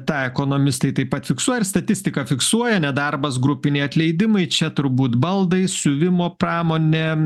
tą ekonomistai taip pat fiksuoja statistika fiksuoja nedarbas grupiniai atleidimai čia turbūt baldai siuvimo pramonė